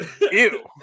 Ew